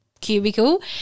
cubicle